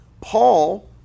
Paul